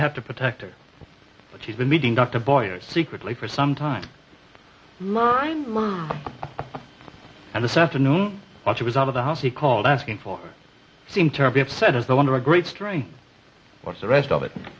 have to protect her but she's been meeting dr boyer secretly for some time line and this afternoon while she was out of the house she called asking for seem terribly upset as though under a great strain what's the rest of it